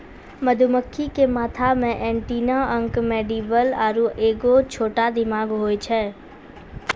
मधुमक्खी के माथा मे एंटीना अंक मैंडीबल आरु एगो छोटा दिमाग होय छै